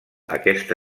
aquesta